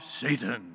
Satan